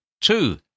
Two